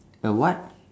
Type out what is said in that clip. a what